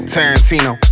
Tarantino